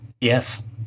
Yes